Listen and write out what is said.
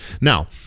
Now